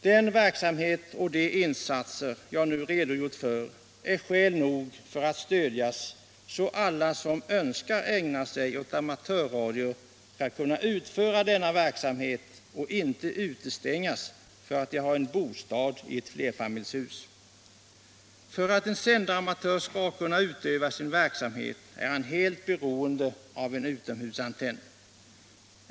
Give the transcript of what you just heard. Den verksamhet och de insatser jag nu redogjort för är skäl nog för att vi skall stödja alla dem som önskar ägna sig åt amatörradio, så att de får möjlighet att utöva denna verksamhet och inte utestängs därför att de bor i ett flerfamiljshus. För att en sändaramatör skall kunna utöva sin verksamhet är han helt beroende av en utomhusantenn.